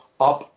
up